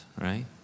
right